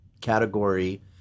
category